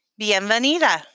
Bienvenida